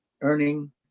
earning